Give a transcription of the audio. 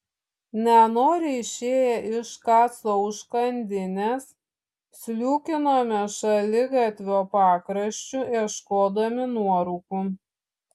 nenoriai išėję iš kaco užkandinės sliūkinome šaligatvio pakraščiu ieškodami nuorūkų